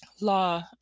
law